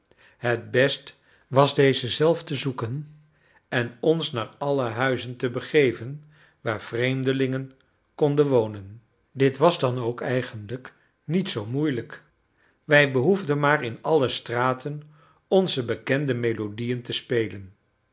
het best was deze zelf te zoeken en ons naar alle huizen te begeven waar vreemdelingen konden wonen dit was dan ook eigenlijk niet zoo moeilijk wij behoefden maar in alle straten onze bekende melodiën te spelen